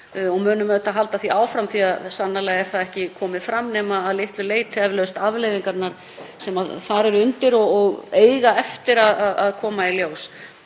og munum auðvitað halda því áfram því að sannarlega eru ekki komnar fram nema að litlu leyti eflaust afleiðingarnar sem þar eru undir og eiga eftir að koma í ljós.